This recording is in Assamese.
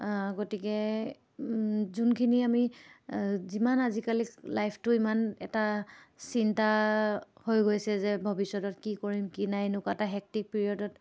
গতিকে যোনখিনি আমি যিমান আজিকালি লাইফটো ইমান এটা চিন্তা হৈ গৈছে যে ভৱিষ্যতত কি কৰিম কি নাই এনেকুৱা এটা হেক্টিক পিৰিয়ডত